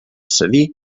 cedir